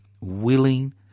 willing